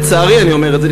לצערי אני אומר את זה,